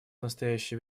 настоящее